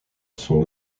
son